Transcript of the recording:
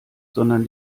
sondern